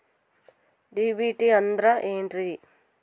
DBT ಅಂದ್ರ ಏನ್ರಿ?